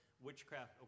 witchcraft